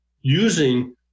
using